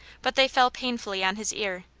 but they fell painfully on his ear.